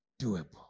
doable